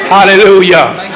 Hallelujah